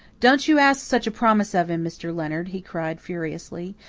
don't you ask such a promise of him, mr. leonard, he cried furiously.